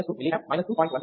14 mA 2 mA 2